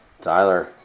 Tyler